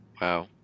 Wow